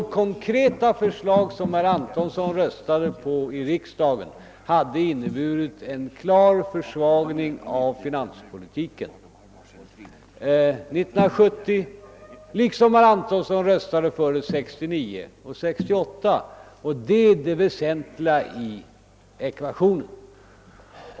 De konkreta förslag som herr Antonsson röstade på under vårriksdagen 1970 hade inneburit en klar försvagning av finanspolitiken liksom ett genomförande av de förslag som herr Antonsson röstade på 1969 och 1968. Det är det väsentliga i ekvationen.